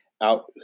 out